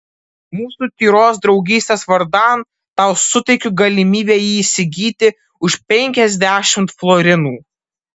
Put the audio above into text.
mūsų tyros draugystės vardan tau suteikiu galimybę jį įsigyti už penkiasdešimt florinų